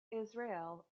israel